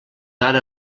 ara